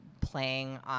playing